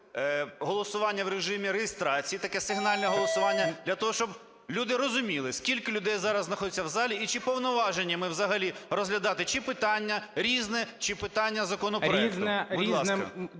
голосування в режимі реєстрації, таке сигнальне голосування, для того, щоб люди розуміли, скільки людей зараз знаходиться в залі, і чи повноважені ми взагалі розглядати чи питання "Різне", чи питання законопроекту.